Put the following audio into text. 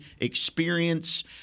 experience